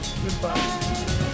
Goodbye